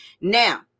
now